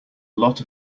lot